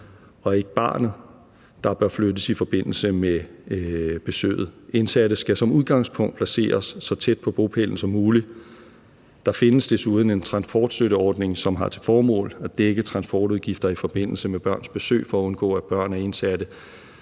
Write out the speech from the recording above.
og ikke barnet, der bør flyttes i forbindelse med besøg. Indsatte skal som udgangspunkt placeres så tæt på bopælen som muligt. Der findes desuden en transportstøtteordning, som har til formål at dække transportudgifter i forbindelse med børns besøg for at undgå, at børn af indsatte